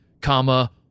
comma